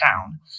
town